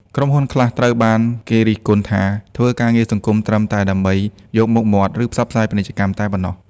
ក្រុមហ៊ុនខ្លះត្រូវបានគេរិះគន់ថា ធ្វើការងារសង្គមត្រឹមតែដើម្បី យកមុខមាត់ ឬផ្សព្វផ្សាយពាណិជ្ជកម្មតែប៉ុណ្ណោះ។